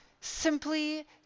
simply